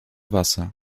wasser